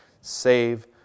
save